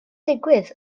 digwydd